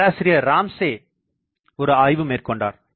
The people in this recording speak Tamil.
பேராசிரியர் ராம்சே ஒருஆய்வு மேற்கொண்டார்